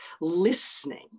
listening